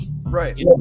Right